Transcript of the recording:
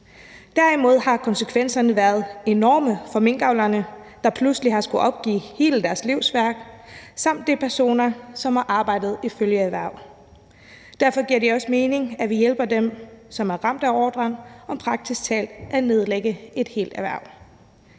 Derimod har konsekvenserne været enorme for minkavlerne, der pludselig har skullet opgive hele deres livsværk, samt de personer, der har arbejdet i følgeerhverv. Derfor giver det også mening, at vi hjælper dem, som er ramt af ordren om praktisk talt at nedlægge et helt erhverv.